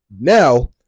now